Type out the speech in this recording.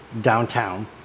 downtown